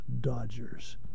Dodgers